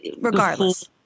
Regardless